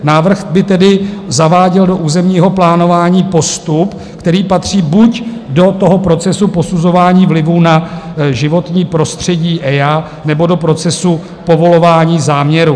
Návrh by tedy zaváděl do územního plánování postup, který patří buď do procesu posuzování vlivu na životní prostředí EIA, nebo do procesu povolování záměru.